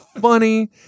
funny